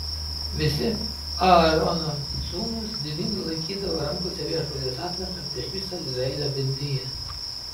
visi aarono sūnūs didingai laikydavo rankose viešpaties atnašą prieš visą izraelio bendriją